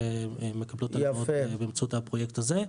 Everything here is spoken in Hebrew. ומקבלות הנחיות באמצעות הפרויקט הזה.